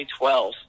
2012